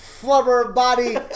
flubber-body